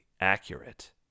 accurate